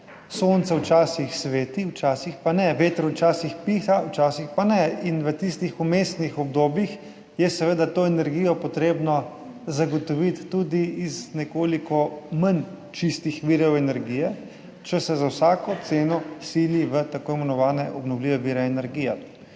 Sonce včasih sveti, včasih pa ne, veter včasih piha, včasih pa ne, in v tistih vmesnih obdobjih je seveda to energijo treba zagotoviti tudi iz nekoliko manj čistih virov energije, če se za vsako ceno sili v tako imenovane obnovljive vire energije.